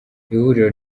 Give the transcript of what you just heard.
ihuriro